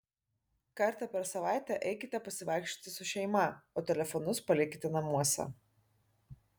kartą per savaitę eikite pasivaikščioti su šeima o telefonus palikite namuose